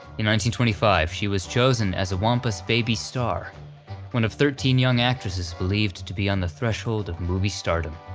twenty twenty five she was chosen as a wampas baby star one of thirteen young actresses believed to be on the threshold of movie stardom,